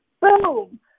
boom